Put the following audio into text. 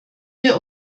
wir